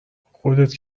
خودت